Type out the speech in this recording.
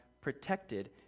protected